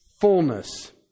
fullness